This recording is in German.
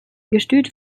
gestüt